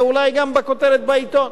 אלא אולי גם בכותרת בעיתון.